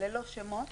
ללא שמות.